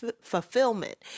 fulfillment